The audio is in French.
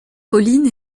pauline